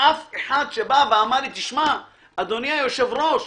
אף אחד שבא ואמר לי: תשמע, אדוני היושב-ראש,